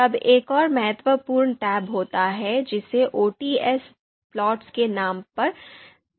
तब एक और महत्वपूर्ण टैब होता है जिसे ots प्लॉट्स 'के नाम से जाना जाता है